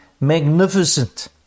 magnificent